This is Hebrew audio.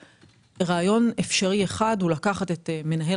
רעיון אפשרי אחד הוא לקחת את מנהל